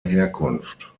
herkunft